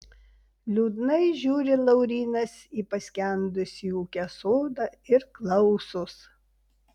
liūdnai žiūri laurynas į paskendusį ūke sodą ir klausos